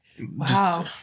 wow